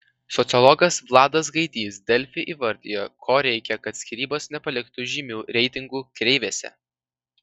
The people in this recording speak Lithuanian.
sociologas vladas gaidys delfi įvardijo ko reikia kad skyrybos nepaliktų žymių reitingų kreivėse